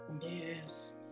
Yes